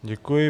Děkuji.